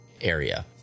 area